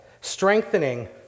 strengthening